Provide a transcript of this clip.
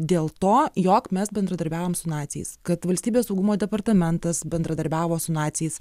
dėl to jog mes bendradarbiavom su naciais kad valstybės saugumo departamentas bendradarbiavo su naciais